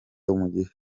umugisha